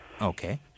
Okay